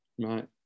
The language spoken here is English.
Right